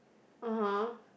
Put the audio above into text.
(uh huh)